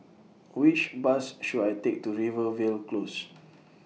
Which Bus should I Take to Rivervale Close